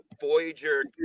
Voyager